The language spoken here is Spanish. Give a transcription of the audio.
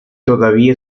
todavía